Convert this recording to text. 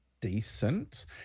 decent